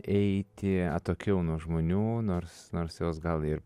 eiti atokiau nuo žmonių nors nors jos gal ir